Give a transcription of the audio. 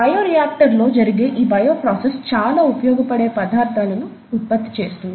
bio reactor లో జరిగే ఈ బయో ప్రాసెస్ చాలా ఉపయోగపడే పదార్ధాలను ఉత్పత్తి చేస్తుంది